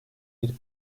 bir